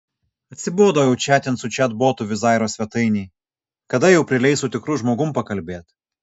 atsibodo jau čatint su čatbotu wizzairo svetainėj kada jau prileis su tikru žmogum pakalbėt